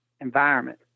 environment